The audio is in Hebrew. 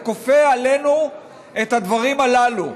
וכופה עלינו את הדברים הללו,